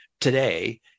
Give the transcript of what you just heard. today